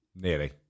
Nearly